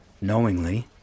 knowingly